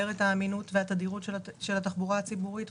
את האמינות ואת התדירות של התחבורה הציבורית.